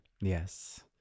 Yes